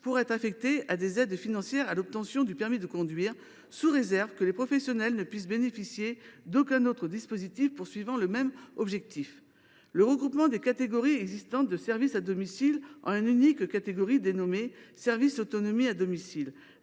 pourra être affectée à des aides financières à l’obtention du permis de conduire, sous réserve que les professionnels ne puissent bénéficier d’aucun autre dispositif visant le même objectif. Le regroupement des catégories existantes de services à domicile en une unique catégorie dénommée « services autonomie à domicile »